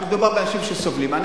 מדובר באנשים שסובלים.